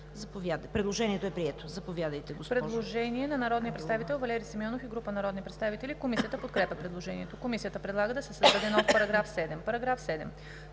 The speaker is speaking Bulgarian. Предложението е прието. Заповядайте, господин